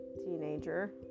teenager